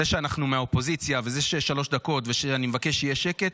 זה שאנחנו מהאופוזיציה וזה שיש שלוש דקות ושאני מבקש שיהיה שקט,